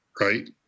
right